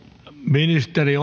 ministeri